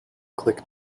click